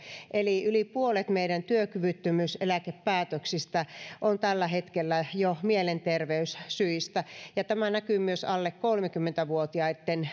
eli yli puolet meidän työkyvyttömyyseläkepäätöksistä on tällä hetkellä jo mielenterveyssyistä tämä näkyy myös alle kolmekymmentä vuotiaitten